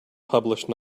published